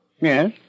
Yes